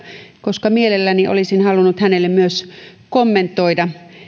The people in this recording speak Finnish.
koska mielelläni olisin halunnut hänelle myös kommentoida